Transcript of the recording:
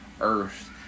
earth